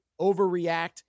overreact